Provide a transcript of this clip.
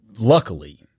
luckily –